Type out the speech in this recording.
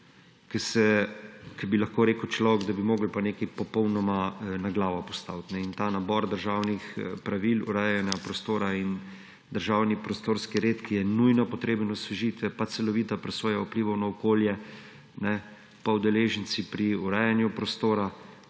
bi lahko rekel človek, da bi morali pa nekaj popolnoma na glavo postaviti in ta nabor državnih pravil urejanja prostora in državni prostorski red, ki je nujno potreben osvežitve, pa celovita presoja vplivov na okolje, pa udeleženci pri urejanju prostora,